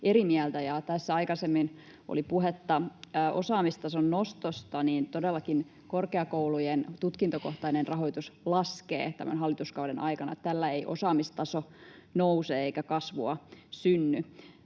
Tässä aikaisemmin oli puhetta osaamistason nostosta: todellakin korkeakoulujen tutkintokohtainen rahoitus laskee tämän hallituskauden aikana. Tällä ei osaamistaso nouse eikä kasvua synny.